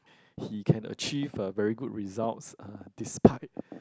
he can achieve uh very good results uh despite